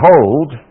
Behold